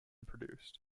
produced